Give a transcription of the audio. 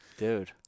Dude